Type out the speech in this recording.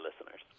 listeners